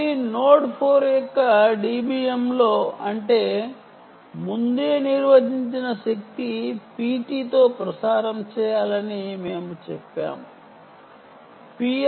మళ్ళీ నోడ్ 4 యొక్క dBm లో అంటే ముందే నిర్వచించిన శక్తి PT తో ప్రసారం చేస్తుంది అని మేము చెప్పాము Pr